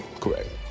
correct